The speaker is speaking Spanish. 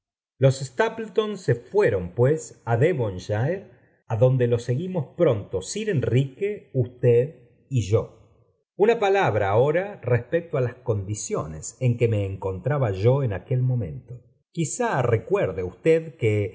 los stapleton se fueron pues á de vonshire adonde los seguimos pronto sir enrique usted y yo una palabra ahora respecto á las condiciones en que me encontraba yo cu aquel momento quizá recuerde usted que